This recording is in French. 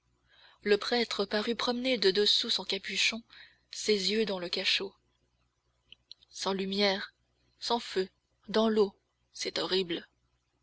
le prêtre parut promener de dessous son capuchon ses yeux dans le cachot sans lumière sans feu dans l'eau c'est horrible